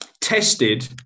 tested